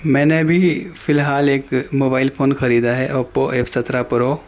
میں نے ابھی فی الحال ایک موبائل فون خریدا ہے اوپو ایف سترہ پرو